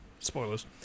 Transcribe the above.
Spoilers